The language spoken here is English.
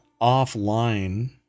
offline